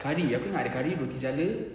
curry aku ingat ada curry roti jala